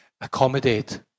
accommodate